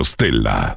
Stella